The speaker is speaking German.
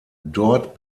dort